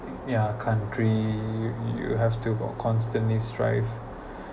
ya country you have to constantly strive